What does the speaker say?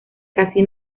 casi